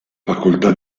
facoltà